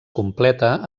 completa